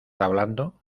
hablando